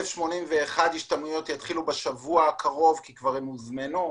1,081 השתלמויות יתחילו בשבוע הקרוב כי הם כבר הוזמנו.